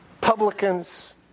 Publicans